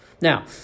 Now